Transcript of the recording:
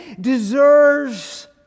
deserves